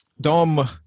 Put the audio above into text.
Dom